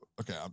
okay